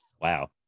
wow